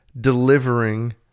delivering